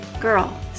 Girl